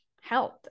health